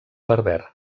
berber